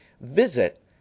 visit